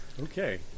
Okay